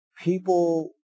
people